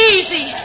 Easy